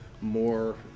more